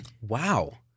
Wow